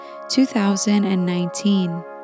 2019